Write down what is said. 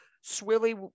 Swilly